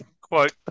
quote